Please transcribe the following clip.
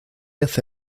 hace